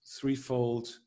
threefold